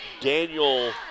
Daniel